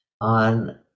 on